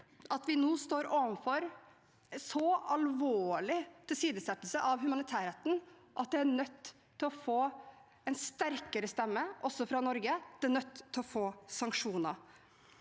at vi nå står overfor en så alvorlig tilsidesettelse av humanitærretten at man er nødt til å ha en sterkere stemme, også fra Norge, man er nødt til å ha sanksjoner.